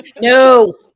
No